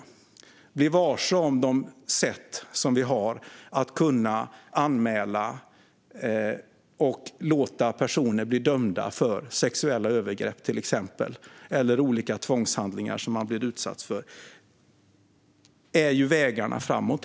Människor kan på så vis bli varse de sätt vi har att kunna anmäla och låta personer bli dömda för till exempel sexuella övergrepp eller olika tvångshandlingar som man utsätter andra för. Detta är vägen framåt.